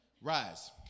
Rise